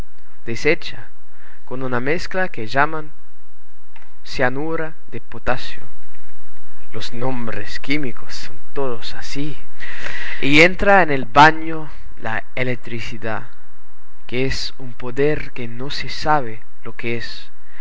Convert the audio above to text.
deshecha con una mezcla que llaman cianuro de potasio los nombres químicos son todos así y entra en el baño la electricidad que es un poder que no se sabe lo que es